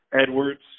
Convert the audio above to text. Edwards